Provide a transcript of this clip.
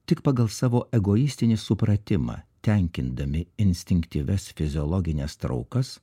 tik pagal savo egoistinį supratimą tenkindami instinktyvias fiziologines traukas